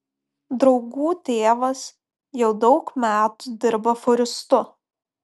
draugų tėvas jau daug metų dirba fūristu